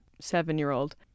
seven-year-old